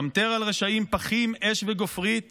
ימטֵר על רשעים פחים אש וגפרית